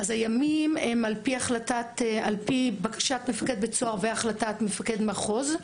הימים הם על פי בקשת מפקד בית סוהר והחלטת מפקד מחוז.